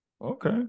Okay